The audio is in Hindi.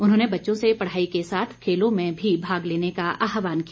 उन्होंने बच्चों से पढ़ाई के साथ खेलों में भी भाग लेने का आहवान किया